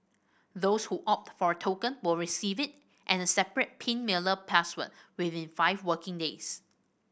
those who opt for a token will receive it and a separate pin mailer password within five working days